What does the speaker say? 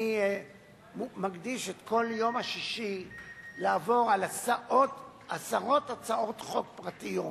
אני מקדיש את כל יום השישי לעבור על עשרות הצעות חוק פרטיות,